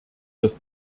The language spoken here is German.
das